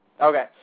Okay